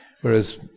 whereas